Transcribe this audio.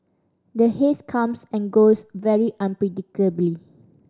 the haze comes and goes very unpredictably